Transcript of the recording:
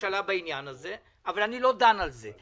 הממשלה בעניין הזה אבל אני לא דן על זה,